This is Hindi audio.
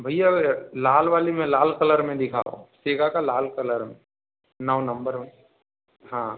भैया लाल वाली में लाल कलर में दिखा सेगा का लाल कलर में नौ नंबर हाँ